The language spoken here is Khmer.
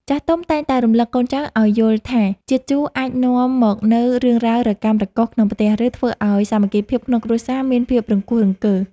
ចាស់ទុំតែងតែរំលឹកកូនចៅឱ្យយល់ថាជាតិជូរអាចនាំមកនូវរឿងរ៉ាវរកាំរកូសក្នុងផ្ទះ ឬ ធ្វើឱ្យសាមគ្គីភាពក្នុងគ្រួសារមានភាពរង្គោះរង្គើ។